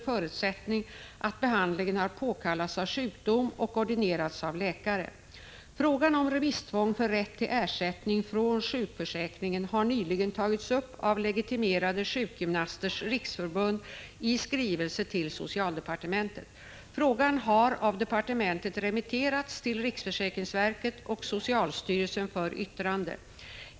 Frågan om remisstvång för rätt till ersättning från sjukförsäkringen har nyligen tagits upp av Legitimerade sjukgymnasters riksförbund i skrivelse till socialdepartementet. Frågan har av departementet remitterats till riksförsäkringsverket och socialstyrelsen för yttrande.